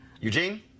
eugene